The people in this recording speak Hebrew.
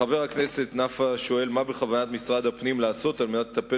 חבר הכנסת נפאע שואל מה בכוונת משרד הפנים לעשות כדי לטפל